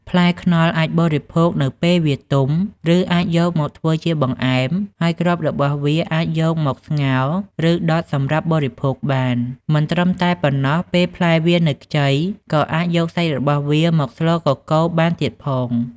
ផ្លែខ្នុរអាចបរិភោគនៅពែលវាទុំ ឬអាចយកមកធ្វើជាបង្អែម ហើយគ្រាប់របស់វាអាចយកមកស្ងោរ ឬដុតសម្រាប់បរិភោគបាន មិនត្រឹមតែប៉ុណ្នោះពេលផ្លែវានៅខ្ចីក៏អាចយកសាច់របស់វាមកស្លកកូរបានទៀតផង។